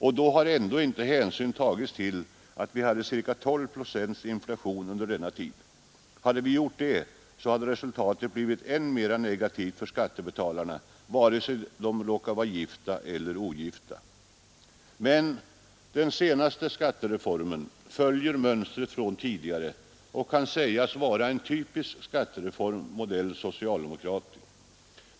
Och då har ändå inte hänsyn tagits till att vi hade ca 12 procents inflation under denna tid. Hade vi gjort det, så hade resultatet blivit än mera negativt för skattebetalarna, vare sig de råkar vara gifta eller ogifta. Men den senaste ”skattereformen” följer mönstret från tidigare och kan sägas vara en typisk skattereform, modell socialdemokratisk.